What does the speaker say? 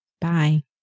Bye